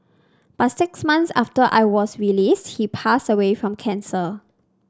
but six months after I was released he passed away from cancer